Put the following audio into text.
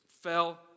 fell